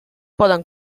poden